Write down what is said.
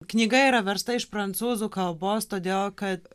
knyga yra versta iš prancūzų kalbos todėl kad